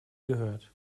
gehört